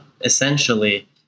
essentially